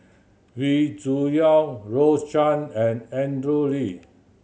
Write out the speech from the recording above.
Wee Cho Yaw Rose Chan and Andrew Lee